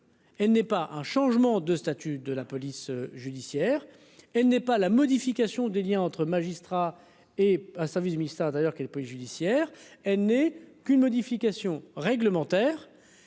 elle n'est pas un changement de statut. De la police judiciaire, elle n'est pas la modification des Liens entre magistrats et un service mis ça d'ailleurs que la police judiciaire, elle n'est qu'une modification réglementaire